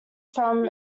from